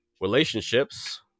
Relationships